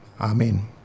Amen